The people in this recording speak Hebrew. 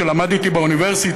שלמד אתי באוניברסיטה,